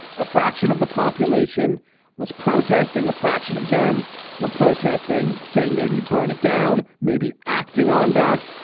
a fraction of the population was protesting. a fraction of them were protesting, saying maybe burn it down, maybe acting on that.